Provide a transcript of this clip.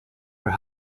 for